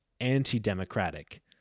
anti-democratic